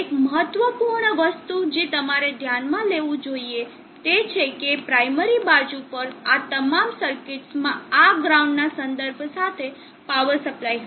એક મહત્વપૂર્ણ વસ્તુ જે તમારે ધ્યાનમાં લેવું જોઈએ તે છે કે પ્રાઈમરી બાજુ પર આ તમામ સર્કિટ્સમાં આ ગ્રાઉન્ડ ના સંદર્ભ સાથે પાવર સપ્લાય હશે